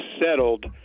settled